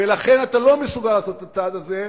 ולכן אתה לא מסוגל לעשות את הצעד הזה.